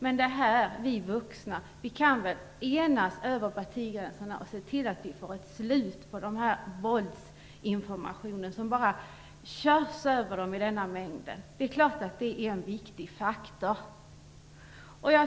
Vi som är vuxna borde kunna enas över partigränserna om att få ett slut på den våldsinformation som sköljer över oss alla i stor mängd. Visst är den en viktig faktor.